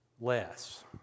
less